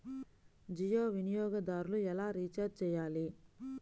జియో వినియోగదారులు ఎలా రీఛార్జ్ చేయాలి?